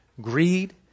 Greed